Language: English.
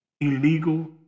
illegal